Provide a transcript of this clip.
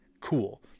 Cool